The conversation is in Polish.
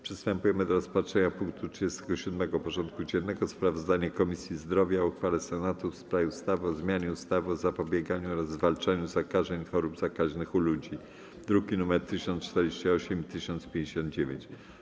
Przystępujemy do rozpatrzenia punktu 37. porządku dziennego: Sprawozdanie Komisji Zdrowia o uchwale Senatu w sprawie ustawy o zmianie ustawy o zapobieganiu oraz zwalczaniu zakażeń i chorób zakaźnych u ludzi (druki nr 1048 i 1059)